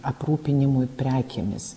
aprūpinimui prekėmis